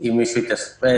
אם מישהו התאשפז,